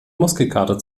muskelkater